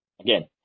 Again